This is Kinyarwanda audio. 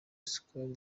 isukari